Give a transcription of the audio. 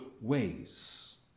ways